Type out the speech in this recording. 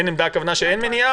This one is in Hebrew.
אין עמדה הכוונה שאין מניעה,